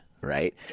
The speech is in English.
Right